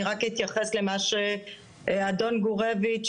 אני רק אתייחס למה שאדון גורביץ',